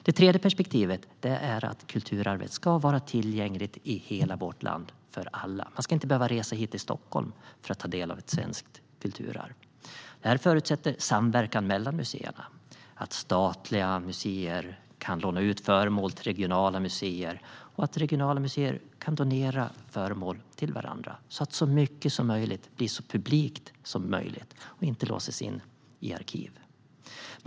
Den tredje principen är att kulturarvet ska vara tillgängligt för alla i hela vårt land. Man ska inte behöva resa till Stockholm för att ta del av ett svenskt kulturarv. Det förutsätter samverkan mellan museerna, det vill säga att statliga museer kan låna ut föremål till regionala museer och att regionala museer kan donera föremål till varandra så att så mycket som möjligt blir så publikt som möjligt och inte låses in i arkiv.